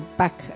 back